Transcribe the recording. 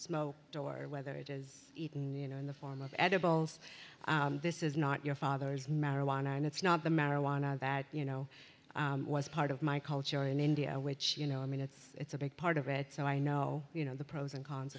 smoked or whether it is eaten you know in the form of edibles this is not your father's marijuana and it's not the marijuana that you know was part of my culture in india which you know i mean it's a big part of it so i know you know the pros and cons